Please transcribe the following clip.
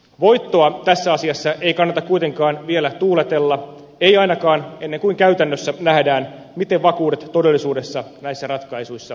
voittoa tässä asiassa ei kannata kuitenkaan vielä tuuletella ei ainakaan ennen kuin käytännössä nähdään miten vakuudet todellisuudessa näissä ratkaisuissa toteutuvat